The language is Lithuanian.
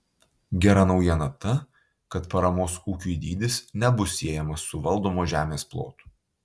gera naujiena ta kad paramos ūkiui dydis nebus siejamas su valdomos žemės plotu